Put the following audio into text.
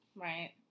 Right